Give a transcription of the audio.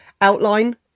outline